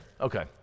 Okay